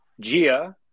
Gia